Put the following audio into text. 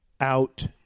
out